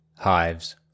hives